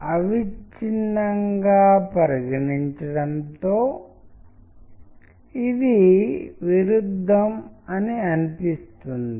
కాబట్టి multimedia dimension అంటే అనేక అంశాలు కలిసి వచ్చినప్పుడు మనం దానిని మల్టీమీడియా అని పిలుస్తాము